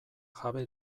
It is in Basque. jabe